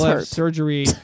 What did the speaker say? surgery